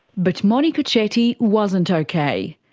but monika chetty wasn't okay.